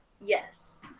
yes